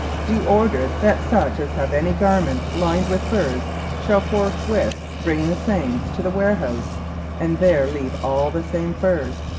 do order that such as have any garments lined with furrs shall forthwith bring the same to the warehouse and there leave all the same furrs,